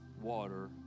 water